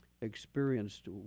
experienced